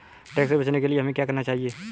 Tax से बचने के लिए हमें क्या करना चाहिए?